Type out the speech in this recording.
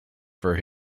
for